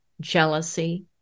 jealousy